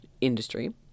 industry